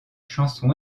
chanson